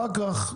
אחר-כך,